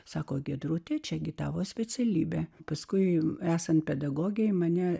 sako giedrutė čiagi tavo specialybė paskui esant pedagogei mane